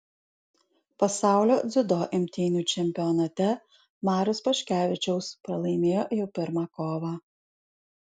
pasaulio dziudo imtynių čempionate marius paškevičiaus pralaimėjo jau pirmą kovą